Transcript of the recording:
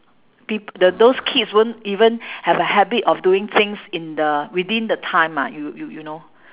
peop~ the those kids won't even have a habit of doing things in the within the time ah you you you know